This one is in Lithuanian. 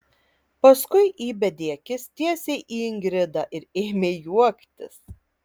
paskui įbedė akis tiesiai į ingridą ir ėmė juoktis